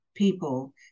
people